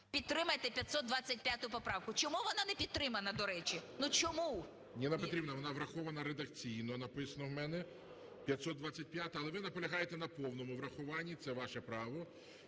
Підтримайте 525 поправку. Чому вона не підтримана, до речі, ну чому? ГОЛОВУЮЧИЙ. Ніна Петрівна, вона врахована редакційно, написано у мене, 525-а. Але ви наполягаєте на повному врахуванні – це ваше право.